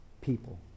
people